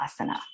asana